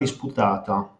disputata